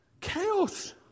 Chaos